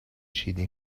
ﻧﻌﺮه